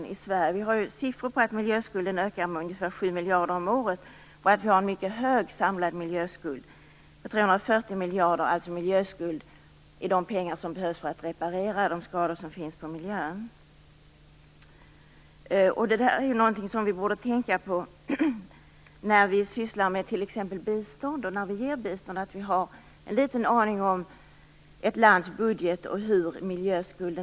Vi har siffror som visar att miljöskulden ökar med ungefär 7 miljarder om året och att vi har en mycket hög samlad miljöskuld på 340 miljarder. Det är alltså de pengar som krävs för att reparera de skador som finns på miljön. Detta är något som vi borde tänka på när vi t.ex. ger bistånd, att vi har en liten aning om ett lands budget och dess miljöskuld.